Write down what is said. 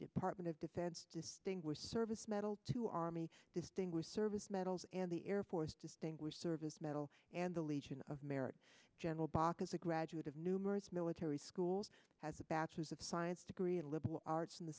department of defense distinguished service medal to army distinguished service medals and the air force distinguished service medal and the legion of merit general bok as a graduate of numerous military schools has a bachelors of science degree and liberal arts in the